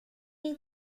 est